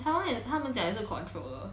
taiwan 也他们讲也是 control 了